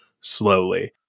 slowly